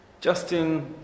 Justin